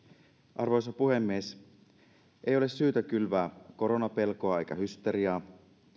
arvoisa puhemies ei ole syytä kylvää koronapelkoa eikä hysteriaa